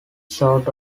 sort